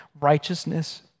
righteousness